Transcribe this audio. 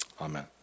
Amen